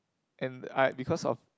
and I because of